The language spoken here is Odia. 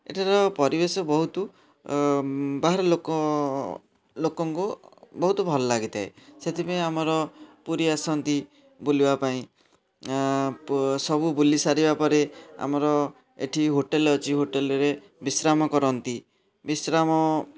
ଏଠାର ପରିବେଶ ବହୁତ ବାହାର ଲୋକ ଲୋକଙ୍କୁ ବହୁତ ଭଲ ଲାଗିଥାଏ ସେଥିପାଇଁ ଆମର ପୁରୀ ଆସନ୍ତି ବୁଲିବା ପାଇଁ ସବୁ ବୁଲି ସାରିବା ପରେ ଆମର ଏଠି ହୋଟେଲ୍ ଅଛି ହୋଟେଲ୍ରେ ବିଶ୍ରାମ କରନ୍ତି ବିଶ୍ରାମ